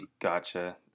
Gotcha